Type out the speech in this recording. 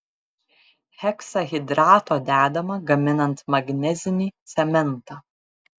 heksahidrato dedama gaminant magnezinį cementą